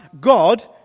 God